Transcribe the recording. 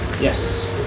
Yes